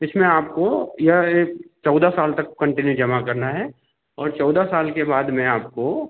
इसमें आपको या एक चौदह साल तक कन्टिन्यू जमा करना है और चौदह साल के बाद में आपको